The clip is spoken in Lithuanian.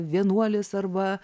vienuolis arba